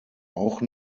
auch